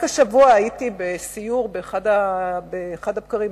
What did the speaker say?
רק השבוע הייתי בסיור באחד הבקרים,